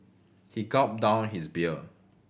he gulped down his beer